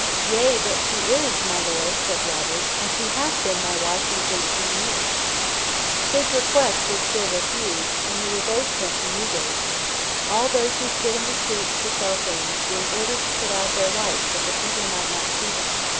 yea, but she is, my lord said rogers, and she hath been my wife these eighteen years his request was still refused, and they were both sent to newgate all those who stood in the streets to sell things, being ordered to put out their lights that the people might not see them.